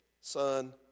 son